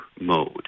mode